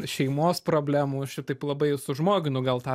šeimos problemų šitaip labai sužmoginu gal tą